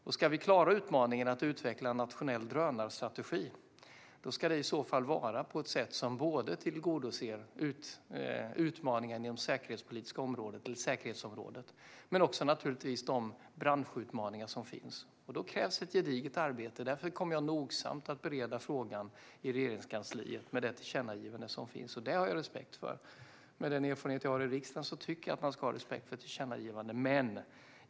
Om vi ska klara utmaningen med att utveckla en nationell drönarstrategi ska det vara på ett sätt som tillgodoser utmaningen inom säkerhetsområdet men naturligtvis också de branschutmaningar som finns. Då krävs ett gediget arbete. Därför kommer jag att bereda frågan nogsamt i Regeringskansliet, med tanke på det tillkännagivande som finns. Det har jag respekt för. Jag tycker, utifrån min erfarenhet från mitt arbete i riksdagen, att man ska ha respekt för tillkännagivanden.